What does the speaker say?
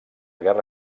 guerra